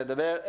ידבר.